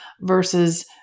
versus